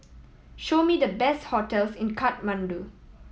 show me the best hotels in Kathmandu